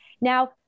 Now